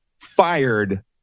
fired